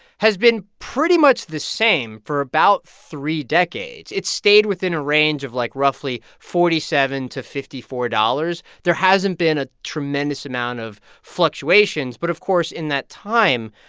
has been pretty much the same for about three decades. it stayed within a range of, like, roughly forty seven to fifty four dollars. there hasn't been a tremendous amount of fluctuations. but of course, in that time,